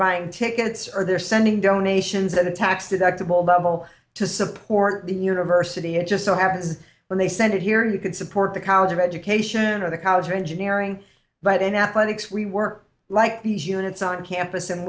buying tickets or they're sending donations and a tax deductible double to support the university it just so happens is when they send it here you can support the college of education or the college of engineering but in athletics we were like these units on campus and